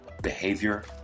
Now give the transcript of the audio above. behavior